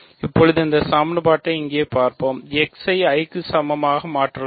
இப்போது இந்த சமன்பாட்டை இங்கே பார்ப்போம் x ஐ i க்கு சமமாக மாற்றலாம்